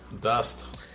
dust